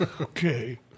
Okay